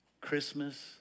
Christmas